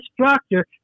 structure